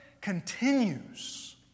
continues